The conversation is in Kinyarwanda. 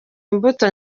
imbuto